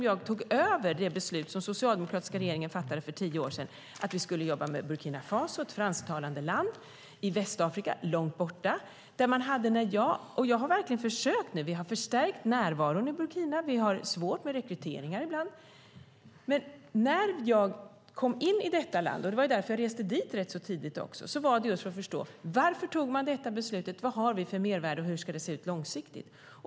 Jag tog över det beslut som den socialdemokratiska regeringen fattade för tio år sedan om att vi skulle jobba med Burkina Faso, ett fransktalande land i Västafrika, långt borta. Vi har förstärkt närvaron i Burkina. Vi har svårt med rekryteringar ibland. Jag reste till detta land rätt så tidigt just för att förstå. Varför tog man detta beslut? Vad har vi för mervärde? Och hur ska det se ut långsiktigt?